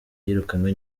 yirukanywe